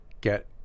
get